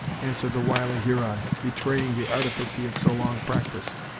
answered the wily huron, betraying the artifice he had so long practised,